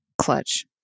clutch